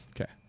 Okay